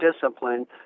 discipline